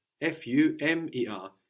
F-U-M-E-R